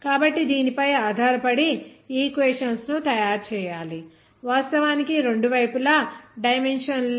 కాబట్టి దీనిపై ఆధారపడి ఈక్వేషన్స్ ను తయారు చేయాలి వాస్తవానికి రెండు వైపులా డైమెన్షన్ లెస్